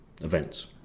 events